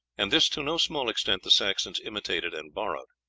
and this to no small extent the saxons imitated and borrowed.